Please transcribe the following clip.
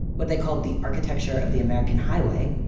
what they called the architecture of the american highway,